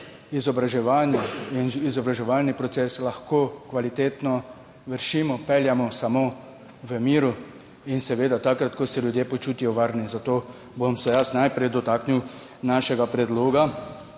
izobraževanje in izobraževalni proces lahko kvalitetno vršimo, peljemo samo v miru in seveda takrat, ko se ljudje počutijo varne. Zato se bom najprej dotaknil našega predloga.